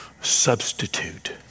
substitute